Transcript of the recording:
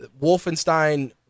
Wolfenstein